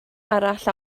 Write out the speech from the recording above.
arall